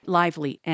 lively